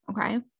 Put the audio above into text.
Okay